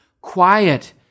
Quiet